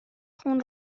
خون